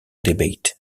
debate